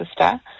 sister